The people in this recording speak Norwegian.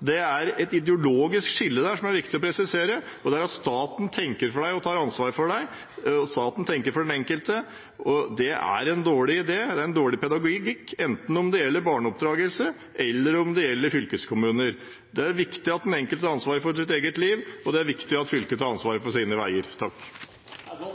Det er et ideologisk skille her som det er viktig å presisere: At staten tenker for en og tar ansvar for en, at staten tenker for den enkelte, er en dårlig idé og dårlig pedagogikk, enten det gjelder barneoppdragelse eller fylkeskommuner. Det er viktig at den enkelte tar ansvar for sitt eget liv, og det er viktig at fylket tar ansvaret for sine egne veier. Jeg vil